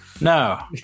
No